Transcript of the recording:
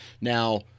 Now